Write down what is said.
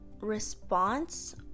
Response